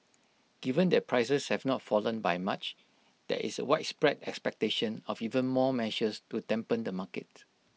given that prices have not fallen by much there is widespread expectation of even more measures to dampen the market